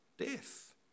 death